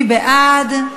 מי בעד?